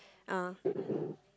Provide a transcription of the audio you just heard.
oh